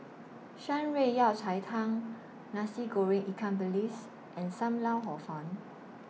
Shan Rui Yao Cai Tang Nasi Goreng Ikan Bilis and SAM Lau Hor Fun